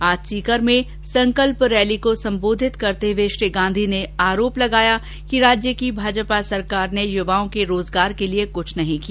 आज सीकर में संकल्प रैली को सम्बोधित करते हुए श्री गांधी ने आरोप लगाया कि राज्य की भाजपा सरकार ने युवाओं के रोजगार के लिये कुछ नहीं किया